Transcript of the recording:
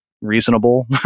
reasonable